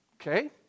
Okay